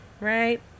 right